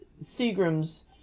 Seagrams